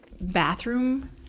bathroom